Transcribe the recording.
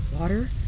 Water